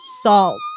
Salt